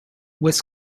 was